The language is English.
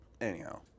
Anyhow